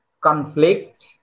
conflict